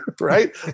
right